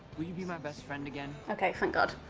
will you be my best friend again? okay, thank god.